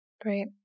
Great